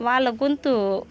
వాళ్ల గొంతూ